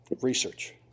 research